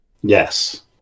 Yes